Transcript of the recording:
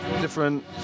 different